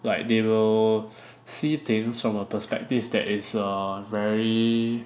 like they will see things from a perspective that is err very